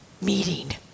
meeting